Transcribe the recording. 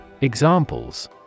Examples